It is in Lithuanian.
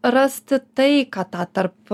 rasti taiką tą tarp